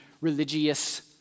religious